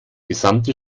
gesamte